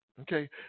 Okay